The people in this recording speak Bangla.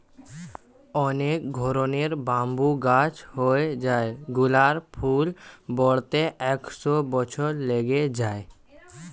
অনেক ধরনের ব্যাম্বু গাছ হয় যেই গুলোর ফুল ধরতে একশো বছর লেগে যায়